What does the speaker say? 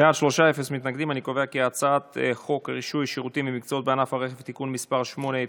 רישוי שירותים ומקצועות בענף הרכב (תיקון מס' 8),